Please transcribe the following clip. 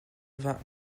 vingt